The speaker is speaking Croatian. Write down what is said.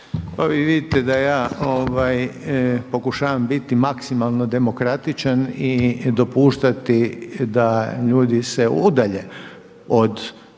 Pa vi vidite da ja pokušavam biti maksimalno demokratičan i dopuštati da ljudi se udalje od